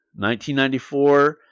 1994